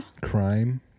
crime